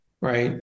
right